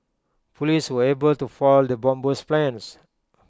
Police were able to foil the bomber's plans